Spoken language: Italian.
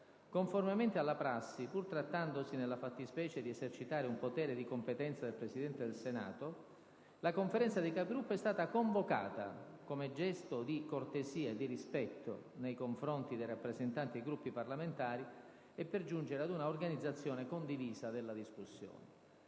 Conformemente alla prassi, pur trattandosi nella fattispecie di esercitare un potere di competenza del Presidente del Senato, la Conferenza dei Capigruppo è stata convocata, sia come gesto di cortesia e di rispetto nei confronti dei rappresentanti dei Gruppi parlamentari, sia per giungere ad una organizzazione condivisa della discussione.